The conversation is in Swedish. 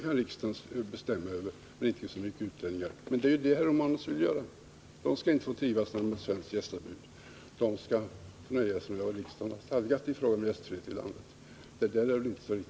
Jag skall inte nämna några exempel, vi vet ändå hur det ligger till.